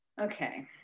Okay